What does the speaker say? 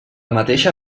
mateixa